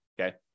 okay